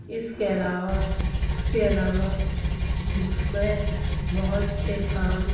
اس کے علاوہ اس کے علاوہ میں میں بہت سے کام